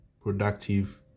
productive